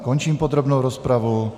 Končím podrobnou rozpravu.